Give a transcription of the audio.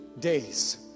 days